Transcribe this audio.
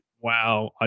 wow